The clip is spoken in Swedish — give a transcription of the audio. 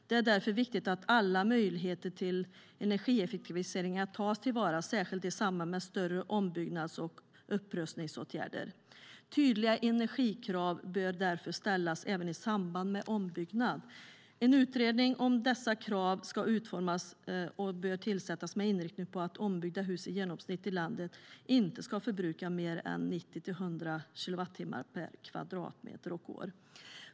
Det är därför viktigt att alla möjligheter till energieffektiviseringar tas till vara, särskilt i samband med större ombyggnads och upprustningsåtgärder. Tydliga energikrav bör därför ställas även i samband med ombyggnad. En utredning om hur dessa krav ska utformas bör tillsättas med inriktning på att ombyggda hus i genomsnitt i landet inte ska förbruka mer än 90-100 kilowattimmar per kvadratmeter och år.